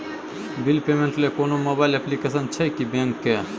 Bill payment ल कोनो mobile application छै की बैंक के?